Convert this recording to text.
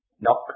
knock